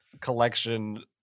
collection